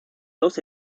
dos